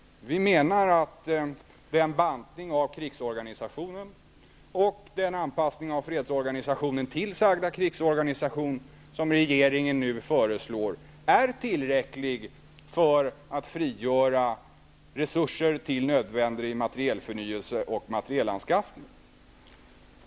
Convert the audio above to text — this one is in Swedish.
Vi menar att den bantning av krigsorganisationen och den anpassning av fredsorganisationen till sagda krigsorganisation som regeringen nu föreslår är tillräcklig för att frigöra resurser till nödvändig materielförnyelse och materielanskaffning.